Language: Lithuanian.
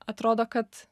atrodo kad